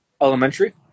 Elementary